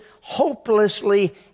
hopelessly